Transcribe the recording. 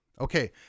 Okay